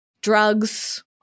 drugs